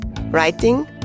writing